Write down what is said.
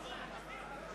לא.